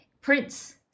Prince